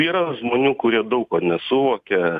yra žmonių kurie daug ko nesuvokia